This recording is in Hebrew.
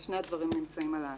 שני הדברים נמצאים על האתר.